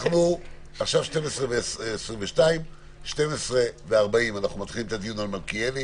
עכשיו 12:22. 12:40 נתחיל את הדיון על החוק של מלכיאלי,